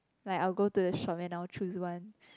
like I'll go the shop and I'll choose one